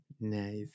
Nice